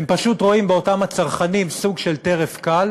הם פשוט רואים באותם הצרכנים סוג של טרף קל